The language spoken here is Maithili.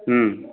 हुँ